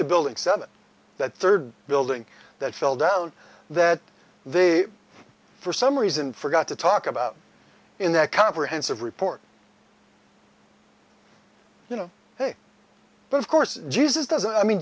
a building seven that third building that fell down that they for some reason forgot to talk about in that comprehensive report you know but of course jesus doesn't i mean